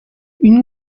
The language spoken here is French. une